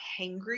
hangry